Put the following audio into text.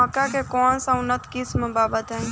मक्का के कौन सा उन्नत किस्म बा बताई?